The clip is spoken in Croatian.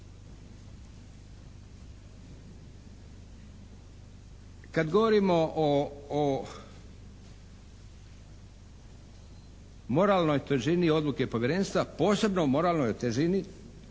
Kad govorimo o moralnoj težini odluke Povjerenstva, posebno o moralnoj težini